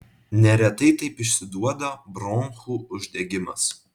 neretai taip išsiduoda bronchų uždegimas